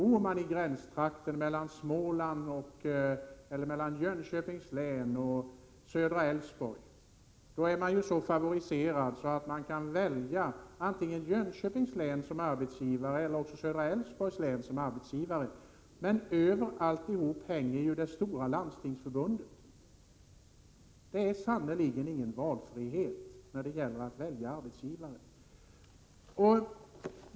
Om man bor i gränstrakten mellan Jönköpings län och södra Älvsborgs län är man så favoriserad att man kan välja antingen Jönköpings län eller södra Älvsborgs län som arbetsgivare. Men över alltsammmans har vi ju det stora Landstingsförbundet. Det finns sannerligen ingen va: frihet när det gäller att välja arbetsgivare.